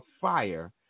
fire